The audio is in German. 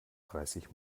dreißig